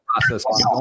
process